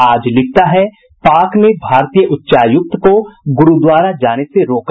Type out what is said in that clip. आज लिखता है पाक ने भारतीय उच्चायुक्त को गुरूद्वारा जाने से रोका